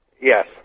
Yes